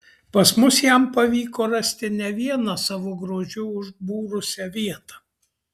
pas mus jam pavyko rasti ne vieną savo grožiu užbūrusią vietą